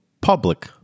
public